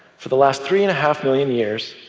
for the last three-and-a-half million years,